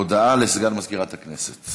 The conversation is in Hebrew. (הרחבת הוראות לעניין ביקור נותן שירות במענו של צרכן),